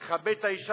לכבד את האשה,